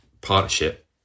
partnership